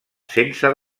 sense